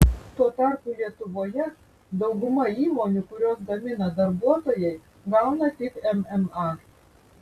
tuo tarpu lietuvoje dauguma įmonių kurios gamina darbuotojai gauna tik mma